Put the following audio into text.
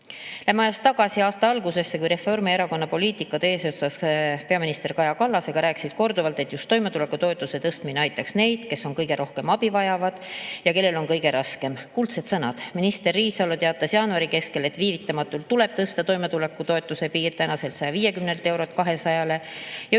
Läheme ajas tagasi aasta algusesse, kui Reformierakonna poliitikud eesotsas peaminister Kaja Kallasega rääkisid korduvalt, et just toimetulekutoetuse tõstmine aitaks neid, kes kõige rohkem abi vajavad ja kellel on kõige raskem. Kuldsed sõnad. Minister Riisalo teatas jaanuari keskel, et viivitamatult tuleb tõsta toimetulekutoetuse piir tänaselt 150 eurolt 200-le ja ühtlasi